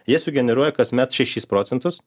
jie sugeneruoja kasmet šešis procentus